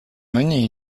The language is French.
mené